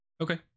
Okay